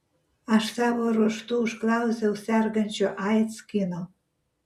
aš savo ruožtu užklausiau sergančio aids kino